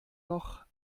noch